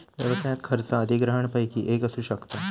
व्यवसायात खर्च अधिग्रहणपैकी एक असू शकता